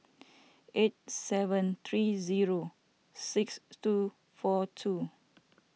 eight seven three zero six two four two